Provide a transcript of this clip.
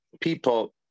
people